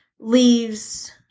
Leaves